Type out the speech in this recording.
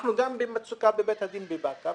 אנחנו גם במצוקה בבית הדין בבאקה,